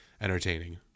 entertaining